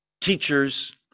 teachers